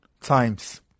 times